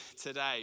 today